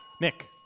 Nick